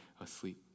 asleep